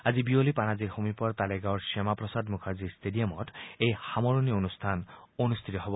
আজি বিয়লি পানাজীৰ সমীপৰ তালেগাঁৱৰ শ্যামাপ্ৰসাদ মুখাৰ্জী ষ্টেডিয়ামত এই সামৰণি অনুষ্ঠান অনুষ্ঠিত হ'ব